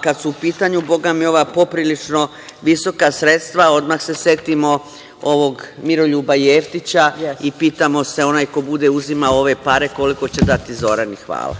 Kada su u pitanju ova poprilično visoka sredstva, odmah se setimo ovog Miroljuba Jeftića i pitamo se, onaj ko bude uzimao ove pare, koliko će dati Zorani? Hvala.